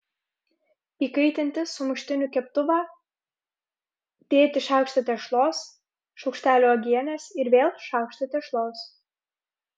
įkaitinti sumuštinių keptuvą dėti šaukštą tešlos šaukštelį uogienės ir vėl šaukštą tešlos